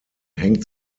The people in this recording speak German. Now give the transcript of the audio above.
hängt